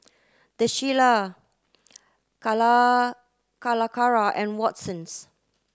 The Shilla Calacara and Watsons